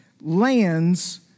lands